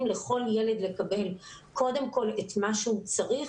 לכל ילד לקבל קודם כלאת מה שהוא צריך,